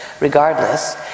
regardless